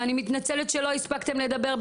ואני מתנצלת שלא הספקתן לדבר,